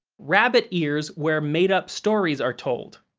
rabbit ears where made up stories are told.